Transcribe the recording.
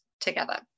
together